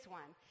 one